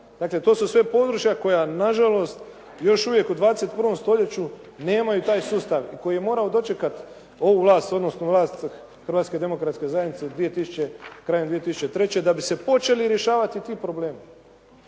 Dakle, to su sve područja koja nažalost još uvijek u 21. stoljeću nemaju taj sustav i koji je morao dočekati ovu vlast odnosno vlast Hrvatske demokratske zajednice krajem 2003. da bi se počeli rješavati ti problemi.